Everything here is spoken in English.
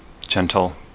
gentle